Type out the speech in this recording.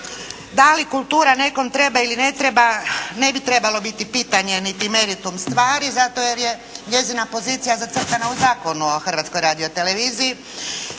Da li kultura nekom treba ili ne treba ne bi trebalo biti pitanje niti meritum stvari, zato jer je njezina pozicija zacrtana u zakonu o Hrvatskoj radio televiziji.